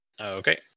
Okay